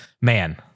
man